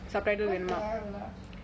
what's பிரதான விழா:prethana vizha